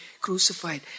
crucified